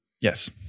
yes